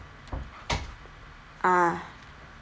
ah